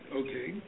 okay